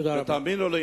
תאמינו לי,